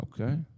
Okay